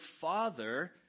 Father